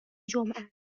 جمعه